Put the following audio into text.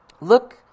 look